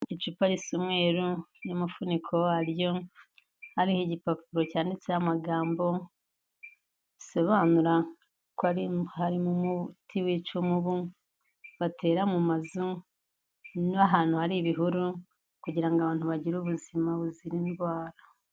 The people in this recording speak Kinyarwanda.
Icupa risa umweru n'umufuniko waryo hariho igipapuro cyanditseho amagambo bisobanura ko harimo umuti wica imibu batera mu mazu n'ahantu hari ibihuru kugira ngo abantu bagire ubuzima buzira indwara.